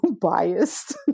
biased